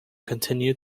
continue